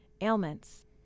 ailments